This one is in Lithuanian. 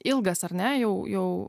ilgas ar ne jau